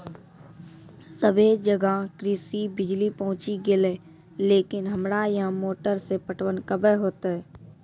सबे जगह कृषि बिज़ली पहुंची गेलै लेकिन हमरा यहाँ मोटर से पटवन कबे होतय?